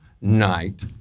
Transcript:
night